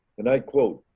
and i quote,